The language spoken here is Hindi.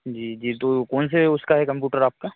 जी जी तो कौनसे उसका है कम्प्यूटर आपका